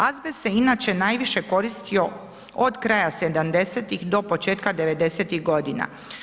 Azbest se inače najviše koristio od kraja 70-ih do početka 90-ih godina.